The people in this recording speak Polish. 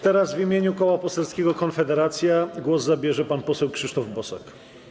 Teraz w imieniu Koła Poselskiego Konfederacja głos zabierze pan poseł Krzysztof Bosak.